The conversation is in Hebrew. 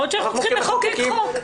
יכול להיות שנצטרך לחוקק חוק.